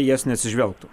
jas neatsižvelgtų